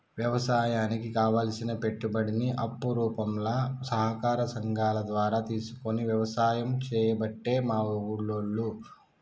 వ్యవసాయానికి కావలసిన పెట్టుబడిని అప్పు రూపంల సహకార సంగాల ద్వారా తీసుకొని వ్యసాయం చేయబట్టే మా ఉల్లోళ్ళు